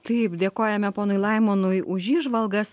taip dėkojame ponui laimonui už įžvalgas